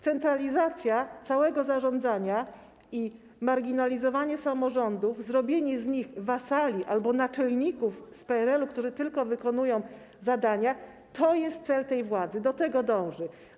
Centralizacja całego zarządzania i marginalizowanie samorządów, zrobienie z nich wasali albo naczelników z PRL-u, którzy tylko wykonują zadania, to jest cel tej władzy, do tego dąży.